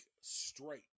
straight